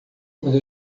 onde